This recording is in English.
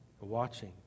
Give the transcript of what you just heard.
watching